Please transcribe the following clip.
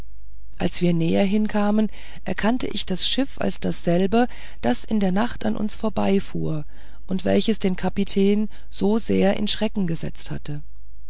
als wir näher hinzukamen erkannte ich das schiff als dasselbe das in der nacht an uns vorbeifuhr und welches den kapitän so sehr in schrecken gesetzt hatte